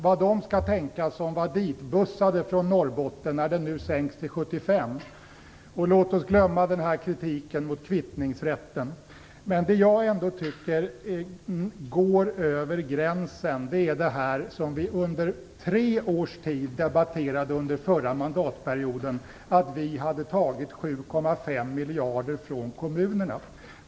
Vad skall de tänka som var hitbussade från Norrbotten när ni sänker den till 75 %? Låt oss glömma kritiken mot kvittningsrätten. Men där jag tycker att man går över gränsen är det som under tre års tid debatterades under den förra mandatperioden, att vi hade tagit 7,5 miljarder från kommunerna.